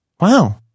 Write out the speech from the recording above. Wow